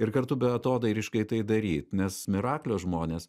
ir kartu beatodairiškai tai daryt nes miraklio žmonės